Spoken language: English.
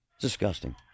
disgusting